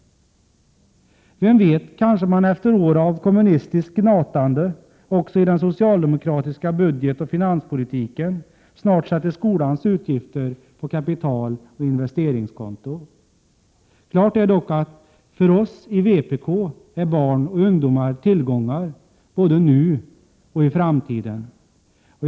Vem vet — kanske man efter år av kommunistiskt gnatande också i den socialdemokratiska budgetoch finanspolitiken snart sätter skolans utgifter på kapitaloch investeringskonto. Klart är dock att för oss i vpk är barn och ungdomar tillgångar både nu och i framtiden. Herr talman!